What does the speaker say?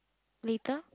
later